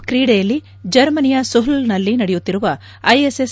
ಇನ್ನು ಕ್ರೀಡೆಯಲ್ಲಿ ಜರ್ಮನಿಯ ಸುಹ್ಲ್ ನಲ್ಲಿ ನಡೆಯುತ್ತಿರುವ ಐಎಸ್ಎಸ್